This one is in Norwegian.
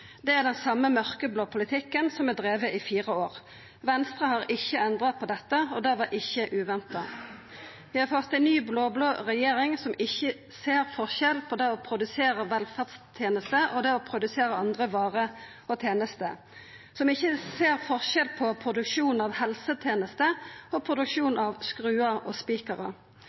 Det er den same mørkeblå politikken som har vore driven i fire år. Venstre har ikkje endra på dette, og det var ikkje uventa. Vi har fått ei ny blå-blå regjering som ikkje ser forskjell på det å produsera velferdstenester og det å produsera andre varer og tenester, som ikkje ser forskjell på produksjon av helsetenester og produksjon av skruar og